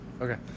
Okay